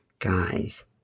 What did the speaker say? guys